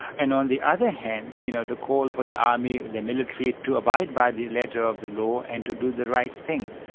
and on the other hand you know the call for the army, the military, to abide by the letter of the law and to do the right thing.